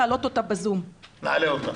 נעלה אותה.